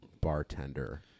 bartender